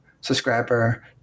subscriber